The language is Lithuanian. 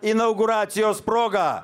inauguracijos proga